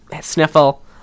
sniffle